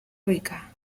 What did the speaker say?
rica